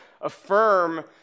affirm